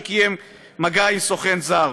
שקיים מגע עם סוכן זר.